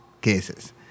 cases